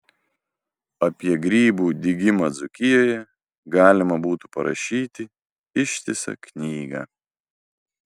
apie grybų dygimą dzūkijoje galima būtų parašyti ištisą knygą